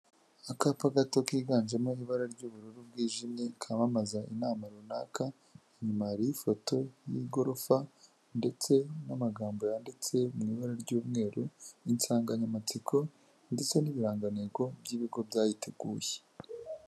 Akapa gato kiganjemo ibara ry'ubururu bwijimye kamamaza inama runaka, inyuma ifoto y'igorofa ndetse n'magambo yanditse mu ibara ry'umweru n'insanganyamatsiko ndetse n'ibirangantego by'ibigo byayiteguye.